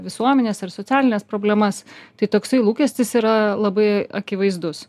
visuomenės ar socialines problemas tai toksai lūkestis yra labai akivaizdus